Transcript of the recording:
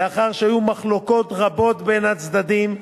לאחר שהיו מחלוקות רבות בין הצדדים.